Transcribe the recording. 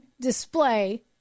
display